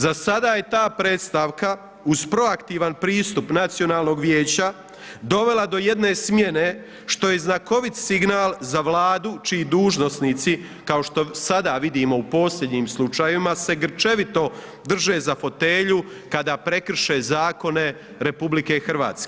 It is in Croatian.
Za sada je ta predstavka uz proaktivan pristup Nacionalnog vijeća dovela do jedne smjene što je znakovit signal za Vladu čiji dužnosnici kao što sada vidimo u posljednjim slučajevima se grčevito drže za fotelju kada prekrše zakone RH.